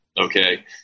Okay